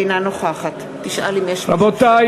אינה נוכחת רבותי,